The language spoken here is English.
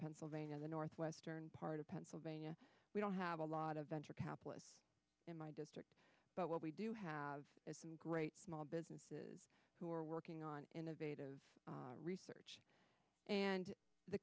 pennsylvania the northwestern part of pennsylvania we don't have a lot of venture capital in my district but what we do have some great small businesses who are working on innovative research and the